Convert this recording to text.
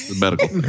Medical